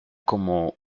como